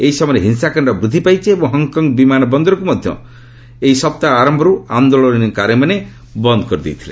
ଏହି ସମୟରେ ହିଂସାକାଶ୍ଡ ବୃଦ୍ଧି ପାଇଛି ଏବଂ ହଙ୍ଗ୍କଙ୍ଗ୍ ବିମାନ ବନ୍ଦରକୁ ମଧ୍ୟ ଏହି ସପ୍ତାହ ଆରମ୍ଭର୍ତ୍ତ ଆନ୍ଦୋଳନକାରୀମାନେ ବନ୍ଦ୍ କରିଦେଇଥିଲେ